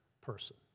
person